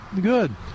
Good